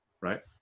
right